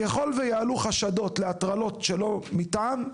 ככל ויעלו חשדות להטרלות שלא מטעם,